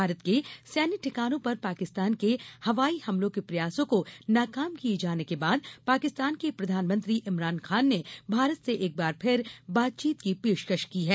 भारत के सैन्य ठिकानों पर पाकिस्तान के हवाई हमलों के प्रयासों को नाकाम किये जाने के बाद पाकिस्तान के प्रधानमंत्री इमरान खान ने भारत से एक बार फिर बातचीत की पेशकश की है